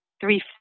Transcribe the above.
three